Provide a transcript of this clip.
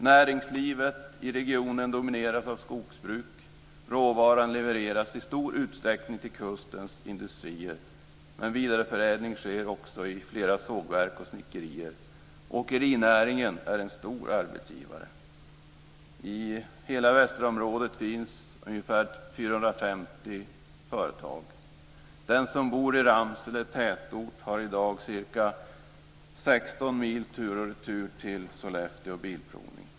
Näringslivet i regionen domineras av skogsbruk. Råvaran levereras i stor utsträckning till kustens industrier. En vidareförädling sker också i flera sågverk och snickerier. Åkerinäringen är en stor arbetsgivare. I hela västra området finns ungefär 450 företag. Den som bor i Ramsele tätort har i dag ca 16 mil tur och retur till Sollefteå bilprovning.